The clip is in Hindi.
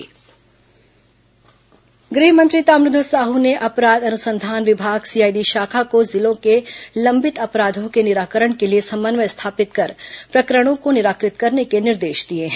गृह मंत्री समीक्षा बैठक गृह मंत्री ताम्रध्वज साहू ने अपराध अनुसंधान विभाग सीआईडी शाखा को जिलों के लंबित अपराधों के निराकरण के लिए समन्वय स्थापित कर प्रकरणों को निराकृत करने के निर्देश दिए हैं